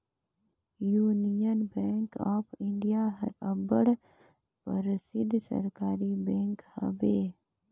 union bank of India हर अब्बड़ परसिद्ध सहकारी बेंक हवे